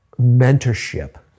mentorship